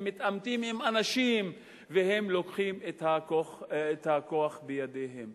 הם מתעמתים עם אנשים והם לוקחים את הכוח בידיהם.